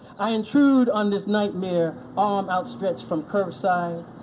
i intrude on this nightmare, arm outstretched from curbside.